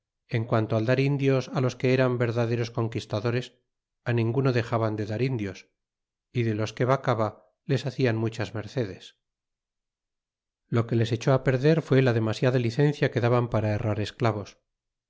en planto al dar indios á los que eran verdaderos co nquistadores á ninguno dexaban de dar indios é de ls que vacaba les haclan muchas mercedes lo que les echó perder fué la demasiada licencia que daban para herrar e sclavos